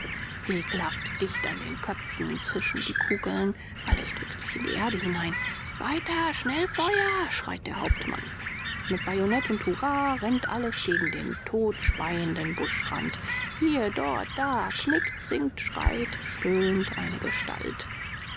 ekelhaft dicht an den köpfen zischen die kugeln alles drückt sich in die erde hinein weiter schnellfeuer schreit der hauptmann mit bajonett und hurra rennt alles gegen den todspeienden buschrand hier dort da knickt sinkt schreit stöhnt eine gestalt